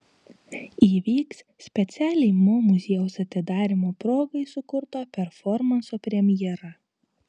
įvyks specialiai mo muziejaus atidarymo progai sukurto performanso premjera